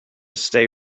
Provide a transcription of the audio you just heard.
stay